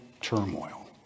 turmoil